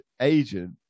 agent